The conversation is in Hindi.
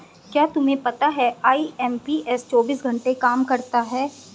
क्या तुम्हें पता है आई.एम.पी.एस चौबीस घंटे काम करता है